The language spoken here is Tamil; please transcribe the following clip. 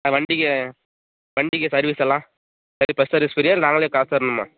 வண்டிக்கு வண்டிக்கு சர்வீஸ்செல்லாம் பஸ்ட்டு சர்வீஸ் பிரியா நாங்களே காசு தருணுமா